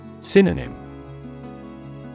Synonym